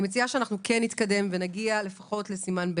אני מציעה שאנחנו כן נתקדם ונגיע לפחות לסימן ב',